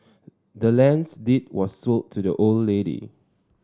the land's deed was sold to the old lady